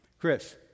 Chris